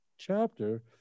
chapter